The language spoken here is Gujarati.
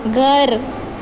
ઘર